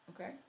Okay